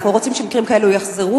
אנחנו לא רוצים שמקרים כאלה יחזרו.